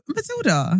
Matilda